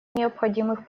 необходимых